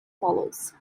follows